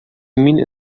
mean